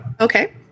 Okay